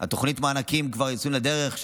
תוכנית המענקים יוצאת לדרך,